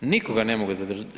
Nikoga ne mogu zadržati.